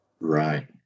Right